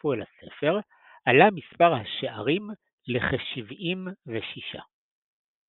שהצטרפו אל הספר עלה מספר השערים לכשבעים וששה.